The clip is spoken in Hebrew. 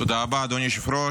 תודה רבה, אדוני היושב-ראש.